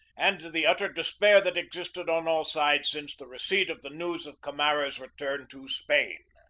and the utter despair that existed on all sides since the receipt of the news of camara's return to spain.